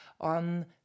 on